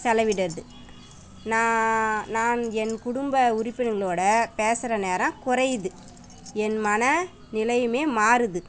செல விடுறது நான் நான் என் குடும்ப உறுப்பினர்களோடய பேசுகிற நேரம் குறையுது என் மன நிலையுமே மாறுது